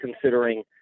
considering